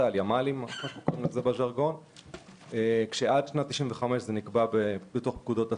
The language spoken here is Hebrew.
חריגים, עד שנת 1995 זה נקבע בתוך פקודות הצבא,